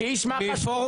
זה שאתה קורא